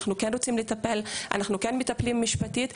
אנחנו כן רוצים לטפל, אנחנו כן מטפלים משפטית.